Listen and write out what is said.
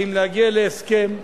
אם להגיע להסכם,